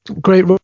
great